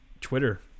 Twitter